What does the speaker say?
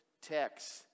text